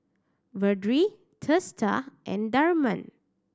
Vedre Teesta and Tharman